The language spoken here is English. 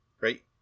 right